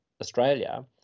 Australia